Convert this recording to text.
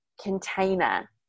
container